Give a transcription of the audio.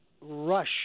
rush